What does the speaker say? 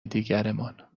دیگرمان